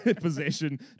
possession